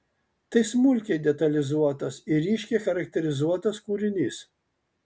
tai smulkiai detalizuotas ir ryškiai charakterizuotas kūrinys